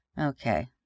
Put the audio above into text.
Okay